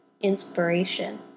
inspiration